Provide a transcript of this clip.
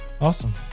Awesome